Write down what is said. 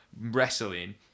wrestling